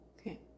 okay